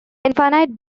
infinite